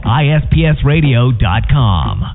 ispsradio.com